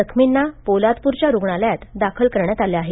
जखमींना पोलादप्र च्या रूग्णालयात दाखल करण्यात आलं आहे